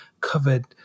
covered